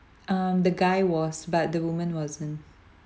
um the guy was but the woman wasn't